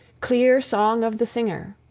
clear song of the singer.